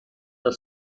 the